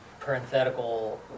Parenthetical